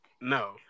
No